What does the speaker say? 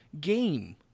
game